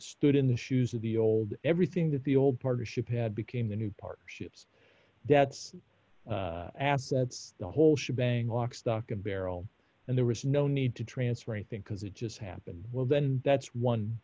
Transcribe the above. stood in the shoes of the old everything that the old partnership had became the new partnerships debts assets the whole she bang lock stock and barrel and there was no need to transfer anything because it just happened well then that's one